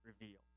revealed